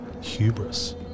hubris